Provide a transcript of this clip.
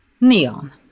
neon